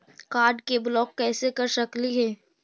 Card के block कैसे कर सकली हे?